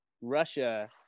Russia